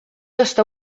osta